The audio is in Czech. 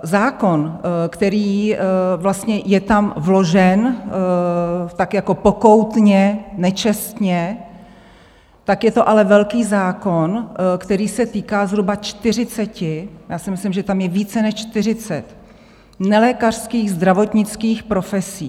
Zákon, který vlastně je tam vložen tak jako pokoutně, nečestně, je ale velký zákon, který se týká zhruba čtyřiceti já si myslím, že tam je více než čtyřicet nelékařských zdravotnických profesí.